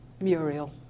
Muriel